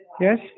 Yes